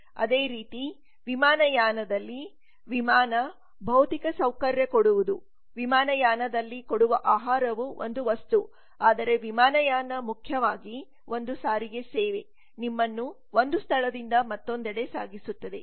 ಅದೇರೀತಿ ವಿಮಾನಯಾನದಲ್ಲಿ ವಿಮಾನ ಭೌತಿಕ ಸೌಕರ್ಯ ಕೊಡುವುದುವಿಮಾನಯಾನದಲ್ಲಿ ಕೊಡುವ ಆಹಾರವು ಒಂದು ವಸ್ತು ಆದರೆ ವಿಮಾನಯಾನ ಮುಖ್ಯವಾಗಿ ಒಂದು ಸಾರಿಗೆ ಸೇವೆ ನಿಮ್ಮನ್ನು ಒಂದು ಸ್ಥಳದಿಂದ ಮತ್ತೊಂದೆಡೆ ಸಾಗಿಸುತ್ತದೆ